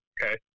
Okay